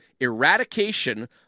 eradication